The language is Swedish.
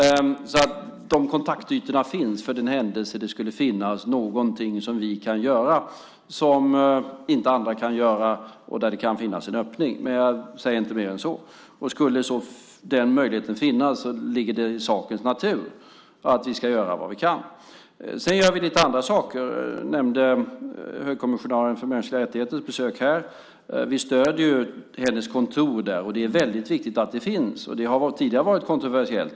Så dessa kontaktytor finns för den händelse att det skulle finnas något som vi kan göra som inte andra kan göra och där det kan finnas en öppning. Jag säger inte mer än så. Skulle den möjligheten finnas ligger det i sakens natur att vi ska göra vad vi kan. Sedan gör vi lite andra saker. Jag nämnde högkommissarien för mänskliga rättigheters besök här. Vi stöder hennes kontor där, och det är väldigt viktigt att det finns. Det har tidigare varit kontroversiellt.